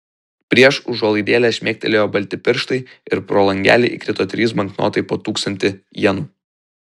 prieš užuolaidėlę šmėkštelėjo balti pirštai ir pro langelį įkrito trys banknotai po tūkstantį jenų